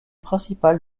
principale